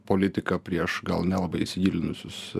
politika prieš gal nelabai įsigilinusius